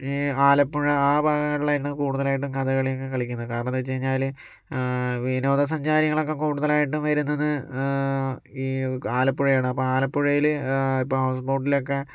ഈ ആലപ്പുഴ ആ ഭാഗങ്ങളിലാണ് കൂടുതലായിട്ടും കഥകളിയൊക്കെ കളിക്കുന്നത് കാരണം എന്താന്ന് വച്ച് കഴിഞ്ഞാല് വിനോദസഞ്ചാരികളൊക്കെ കൂടുതലായിട്ടും വരുന്നത് ഈ ആലപ്പുഴയാണ് അപ്പം ആലപ്പുഴയില് ഇപ്പോൾ ഹൗസ് ബോട്ടിലക്കെ